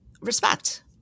respect